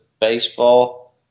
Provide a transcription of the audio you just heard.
baseball